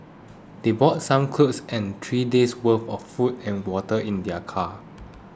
they brought some clothes and three days' worth of food and water in their car